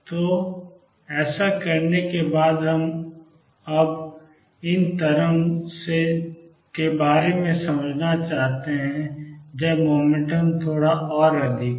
तो ऐसा करने के बाद अब हम इस तरंग के बारे में समझना चाहते हैं जब मोमेंटम थोड़ा और अधिक हो